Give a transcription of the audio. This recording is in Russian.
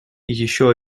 еще